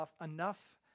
enough